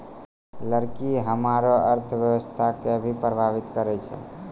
लकड़ी हमरो अर्थव्यवस्था कें भी प्रभावित करै छै